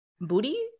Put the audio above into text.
Booty